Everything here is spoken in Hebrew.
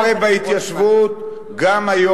ומי רואה בהתיישבות, גם היום,